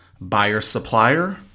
buyer-supplier